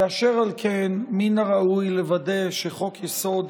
ואשר על כן, מן הראוי לוודא שחוק-יסוד: